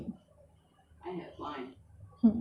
ya I had fun too basah